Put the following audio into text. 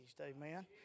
amen